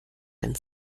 den